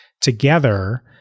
together